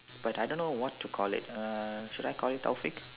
but I don't know what to call it uh should I call it Taufiq